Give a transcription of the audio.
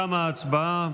תמה ההצבעה.